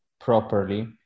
properly